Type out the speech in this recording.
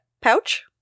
pouch